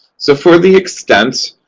so, for the extent,